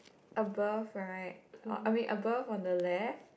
above right oh wait above on the left